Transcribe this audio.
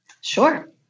Sure